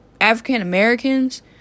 African-Americans